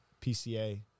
PCA